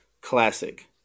classic